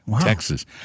Texas